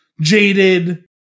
jaded